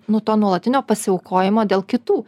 nuo to nuolatinio pasiaukojimo dėl kitų